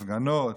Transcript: הפגנות,